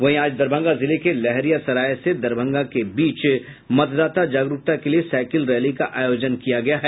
वहीं आज दरभंगा जिले के लहेरियासराय से दरभंगा के बीच मतदाता जागरूकता के लिये साईकिल रैली का आयोजन किया गया है